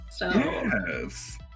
Yes